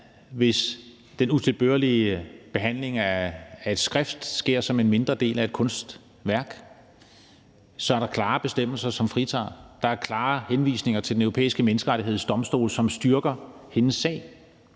Hvis den utilbørlige behandling af et skrift sker som en mindre del af et kunstværk, er der klare bestemmelser, som fritager dem; der er klare henvisninger til Den Europæiske Menneskerettighedsdomstol, som styrker fru